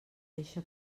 eixa